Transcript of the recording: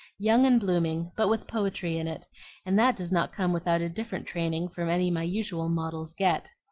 young and blooming, but with poetry in it and that does not come without a different training from any my usual models get.